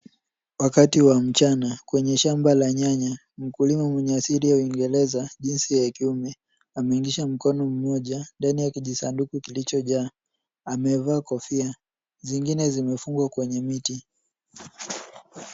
Wakati wa mchana kwenye shamba la nyanya, mkulima mwenye asili ya Uingereza, jinsia ya kiume, ameingiza mkono mmoja ndani ya kijisanduku kilichojaa. Amevaa kofia. Zingine zimefungwa kwenye miti.